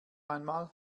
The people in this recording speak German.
einmal